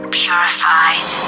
purified